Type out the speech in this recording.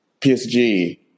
PSG